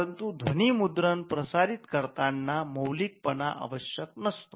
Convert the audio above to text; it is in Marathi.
परंतु ध्वनीमुद्रण प्रसारित करताना मौलिकपणा आवश्यक नसतो